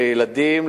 לילדים,